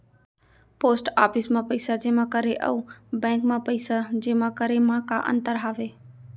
post office मा पइसा जेमा करे अऊ बैंक मा पइसा जेमा करे मा का अंतर हावे